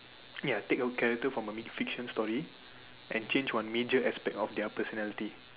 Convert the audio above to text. ya take your character from a mi~ fiction story and change one major aspect of their personality